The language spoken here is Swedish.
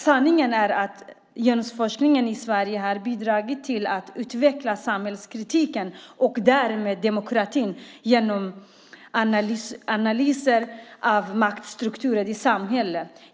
Sanningen är att genusforskningen i Sverige har bidragit till att utveckla samhällskritiken och därigenom demokratin genom analyser av maktstrukturer i samhället.